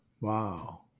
Wow